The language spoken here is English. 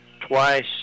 twice